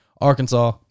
Arkansas